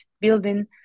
building